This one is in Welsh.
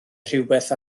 rhywbeth